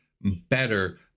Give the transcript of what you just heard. better